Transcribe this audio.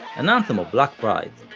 an anthem of black pride.